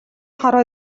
хорвоо